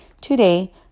today